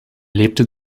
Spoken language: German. lebte